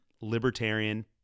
Libertarian